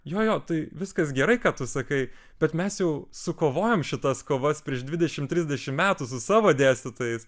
jo jo tai viskas gerai ką tu sakai bet mes jau sukovojom šitas kovas prieš dvidešimt trisdešimt metų su savo dėstytojais